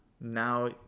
Now